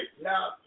Now